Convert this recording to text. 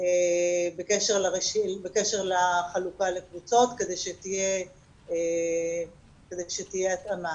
בקשר לחלוקה לקבוצות כדי שתהיה התאמה.